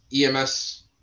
EMS